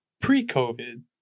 Pre-COVID